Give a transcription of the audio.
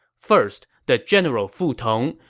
first, the general fu tong,